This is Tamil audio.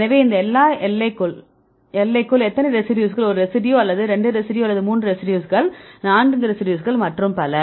எனவே இந்த எல்லைக்குள் எத்தனை ரெசிடியூஸ்கள் ஒரு ரெசிடியூ அல்லது 2 ரெசிடியூ 3 ரெசிடியூஸ்கள் நான்கு ரெசிடியூஸ்கள் மற்றும் பல